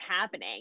happening